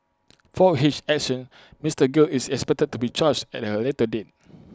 for his actions Mister gill is expected to be charged at A later date